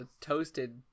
toasted